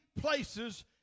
places